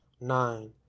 nine